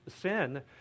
sin